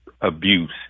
abuse